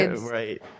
right